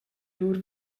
lur